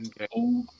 Okay